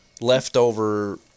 leftover